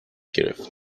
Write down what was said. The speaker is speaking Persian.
گرفت